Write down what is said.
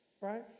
Right